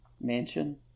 Mansion